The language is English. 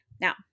Now